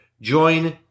join